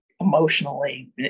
emotionally